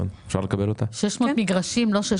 כשהוא רוכש מגרש.